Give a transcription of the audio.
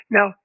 Now